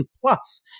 Plus